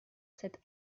cet